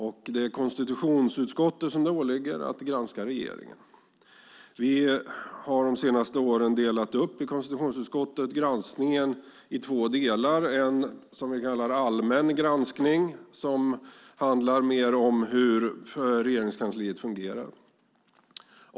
Det åligger konstitutionsutskottet att granska regeringen. De senaste åren har vi i konstitutionsutskottet delat upp granskningen i två delar. Den ena, som vi kallar allmän granskning, handlar mer om hur Regeringskansliet fungerar.